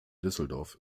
düsseldorf